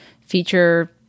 feature